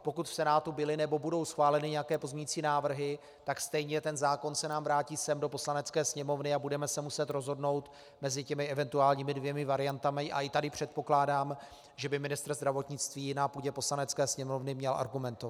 Pokud v Senátu byly nebo budou schváleny nějaké pozměňovací návrhy, tak stejně ten zákon se nám vrátí sem do Poslanecké sněmovny a budeme se muset rozhodnout mezi eventuálními dvěma variantami, a i tady předpokládám, že by ministr zdravotnictví na půdě Poslanecké sněmovny měl argumentovat.